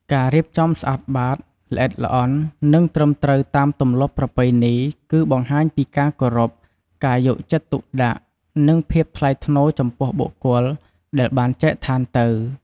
ការរៀបចំស្អាតបាតល្អិតល្អន់ និងត្រឹមត្រូវតាមទម្លាប់ប្រពៃណី គឺបង្ហាញពីការគោរព ការយកចិត្តទុកដាក់ និងភាពថ្លៃថ្នូរចំពោះបុគ្គលដែលបានចែកឋានទៅ។